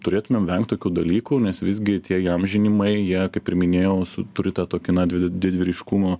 turėtumėm vengt tokių dalykų nes visgi tie įamžinimai jie kaip ir minėjau su turi tą tokį na dvi didvyriškumo